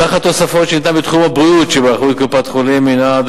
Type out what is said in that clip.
סך התוספת שניתנה בתחום הבריאות שבאחריות קופות-החולים הינה,